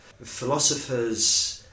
Philosophers